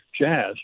jazz